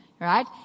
right